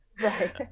Right